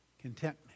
contentment